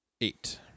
Eight